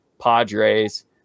Padres